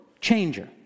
changer